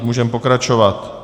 Můžeme pokračovat.